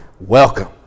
welcome